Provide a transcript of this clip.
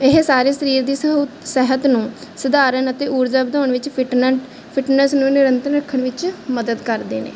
ਇਹ ਸਾਰੇ ਸਰੀਰ ਦੀ ਸਹੁ ਸਿਹਤ ਨੂੰ ਸੁਧਾਰਨ ਅਤੇ ਊਰਜਾ ਵਧਾਉਣ ਵਿੱਚ ਫਿੱਟਨਨ ਫਿੱਟਨੈਸ ਨੂੰ ਨਿਯੰਤਰਨ ਰੱਖਣ ਵਿੱਚ ਮਦਦ ਕਰਦੇ ਨੇ